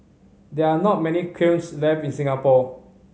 there are not many kilns left in Singapore